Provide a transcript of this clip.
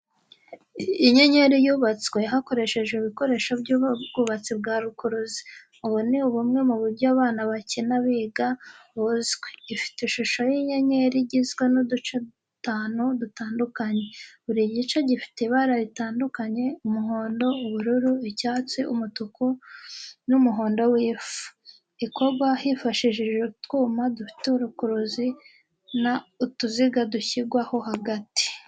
Inyenyeri yubatswe hakoreshejwe ibikoresho by’ubwubatsi bwa rukuruzi. Ubu ni bumwe mu buryo abana bakina biga, buzwi. Ifite ishusho y’inyenyeri igizwe n’uduce dutanu dutandukanye. Buri gice gifite ibara ritandukanye umuhondo, ubururu, icyatsi, umutuku n’umuhondo w’ifu. Ikorwa hifashishijwe utwuma dufite rukuruzi na utuziga dushyirwaho hagati.